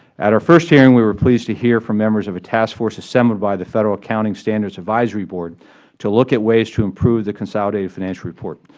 at our first hearing we were pleased to hear from members of the task force assembled by the federal accounting standards advisory board to look at ways to improve the consolidated financial report.